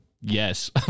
yes